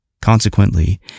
Consequently